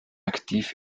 aktiv